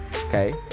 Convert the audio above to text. okay